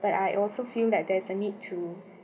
but I also feel that there is a need to